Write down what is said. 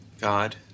God